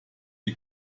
die